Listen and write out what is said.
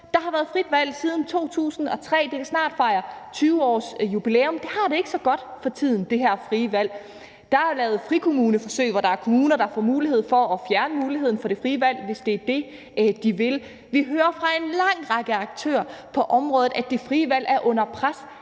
Der har været frit valg siden 2003. Det kan snart fejre 20-årsjubilæum, men det her frie valg har det ikke så godt for tiden. Der er lavet frikommuneforsøg, hvor der er kommuner, der får muligheden for at fjerne det frie valg, hvis det er det, de vil. Vi hører fra en lang række aktører på området, at det frie valg er under pres